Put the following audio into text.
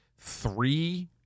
three